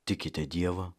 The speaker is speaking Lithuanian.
tikite dievą